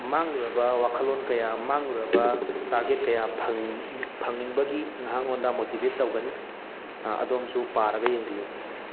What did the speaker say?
ꯃꯥꯡꯂꯨꯔꯕ ꯋꯥꯈꯜꯂꯣꯟ ꯀꯌꯥ ꯃꯥꯡꯂꯨꯔꯕ ꯇꯥꯔꯒꯦꯠ ꯀꯌꯥ ꯐꯪ ꯐꯪꯅꯤꯡꯕꯒꯤ ꯅꯉꯣꯟꯗ ꯃꯣꯇꯤꯚꯦꯠ ꯇꯧꯒꯅꯤ ꯑꯗꯣꯝꯁꯨ ꯄꯥꯔꯒ ꯌꯦꯡꯕꯤꯌꯨ